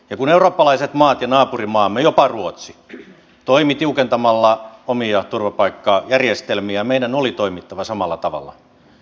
ja kun eurooppalaiset maat ja naapurimaamme jopa ruotsi toimivat tiukentamalla omia turv apaikkajärjestelmiään meidän oli toimittava samalla tavalla